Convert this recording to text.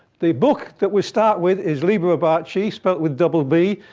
the book that we start with is liber abaci, spelled with double b,